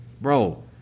Bro